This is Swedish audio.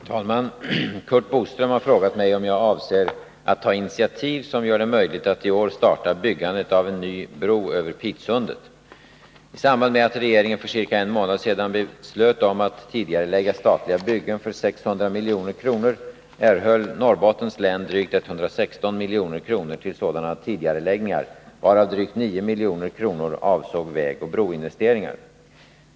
Herr talman! Curt Boström har frågat mig om jag avser att ta initiativ som gör det möjligt att i år starta byggandet av en ny bro över Pitsundet. I samband med att regeringen för ca en månad sedan beslöt att tidigarelägga statliga byggen för 600 milj.kr. erhöll Norrbottens län drygt 116 milj.kr. till sådana tidigareläggningar, varav drygt 9 milj.kr. avsåg vägoch broinvesteringar.